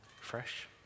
fresh